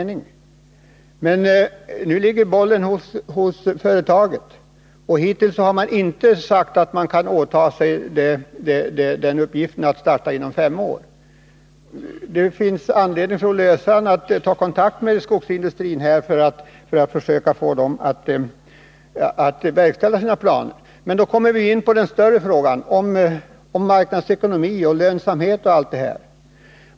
Nu ligger bollen hos företaget, och hittills har man inte sagt att man kan ta på sig uppgiften att starta inom fem år. Det finns anledning för Olle Östrand att ta kontakt med skogsindustrin för att försöka få den att verkställa sina planer. Men då kommer vi in på den större frågan om marknadsekonomi och lönsamhet och allt detta.